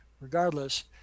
regardless